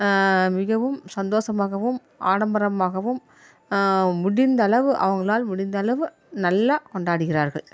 மிகவும் சந்தோஷமாகவும் ஆடம்பரமாகவும் முடிந்த அளவு அவங்களால் முடிந்த அளவு நல்லா கொண்டாடுகிறார்கள்